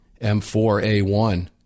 M4A1